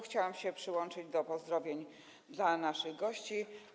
Chciałam się przyłączyć do pozdrowień dla naszych gości.